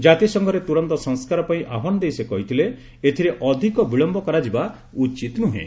ଜାତିସଂଘରେ ତୁରନ୍ତ ସଂସ୍କାର ପାଇଁ ଆହ୍ପାନ ଦେଇ ସେ କହିଥିଲେ ଏଥିରେ ଅଧିକ ବିଳମ୍ବ କରାଯିବା ଉଚିତ୍ ନୁହେଁ